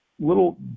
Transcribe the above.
little